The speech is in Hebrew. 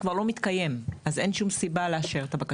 כבר לא מתקיים ולכן אין כל סיבה לאשר את הבקשה.